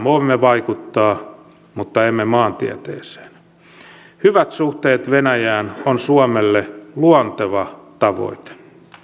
voimme vaikuttaa mutta emme maantieteeseen hyvät suhteet venäjään on suomelle luonteva tavoite